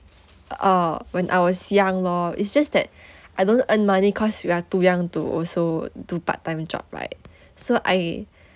uh when I was young lor it's just that I don't earn money cause we are too young to also do part time job right so I